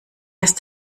ist